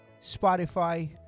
Spotify